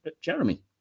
jeremy